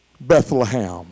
Bethlehem